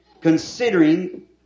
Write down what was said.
considering